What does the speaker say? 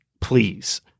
please